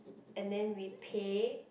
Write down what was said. and then we pay